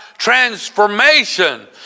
transformation